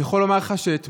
אני יכול לומר לך שאתמול,